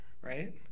right